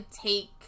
take